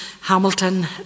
Hamilton